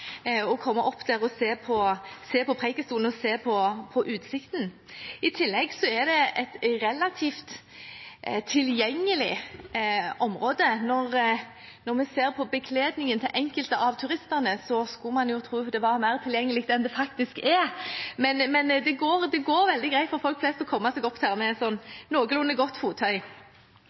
å komme opp dit, se Preikestolen og se utsikten. I tillegg er det et relativt tilgjengelig område. Ser man på bekledningen til enkelte av turistene, skulle man tro det var mer tilgjengelig enn det faktisk er, men det går veldig greit for folk flest å komme seg opp dit med noenlunde godt fottøy. Samtidig er det et